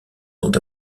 sont